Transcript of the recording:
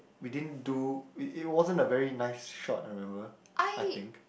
we didn't do it wasn't a very nice shot I remember I think